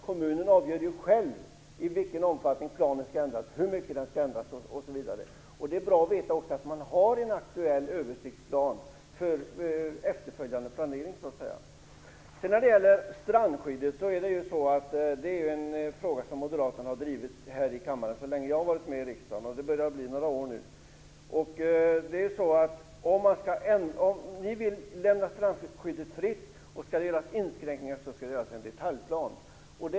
Kommunerna avgör ju själv i vilken omfattning planen skall ändras, hur mycket den skall ändras, osv. För efterföljande planering är det också bra att veta att det finns en aktuell översiktsplan Frågan om strandskyddet är något som Moderaterna har fört fram här i kammaren så länge jag har varit med i riksdagen - och det börjar bli några år nu. Moderaterna vill lämna strandskyddet fritt. Skall det göras inskränkningar, så skall dessa göras i en detaljplan.